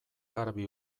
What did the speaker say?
garbi